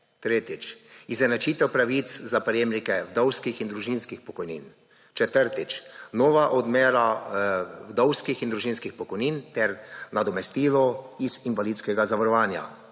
Tretjič. Izenačitev pravic za prejemnike vdovskih in družinskih pokojnin. Četrtič. Nova odmera vdovskih in družinskih pokojnin ter nadomestilo iz invalidskega zavarovanja.